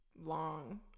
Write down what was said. long